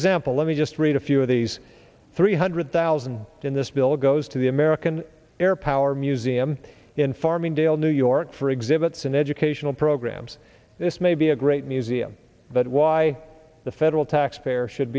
example let me just read a few of these three hundred thousand in this bill goes to the american air power museum in farmingdale new york for exhibits and educational programs this may be a great museum but why the federal taxpayer should